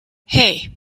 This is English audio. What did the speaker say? hey